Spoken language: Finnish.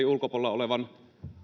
ulkopuolella olevan